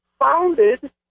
founded